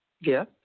Yes